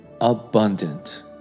abundant